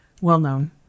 well-known